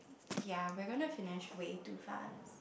ya we're gonna finish way too fast